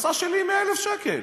כשההכנסה שלי היא 100,000 שקל.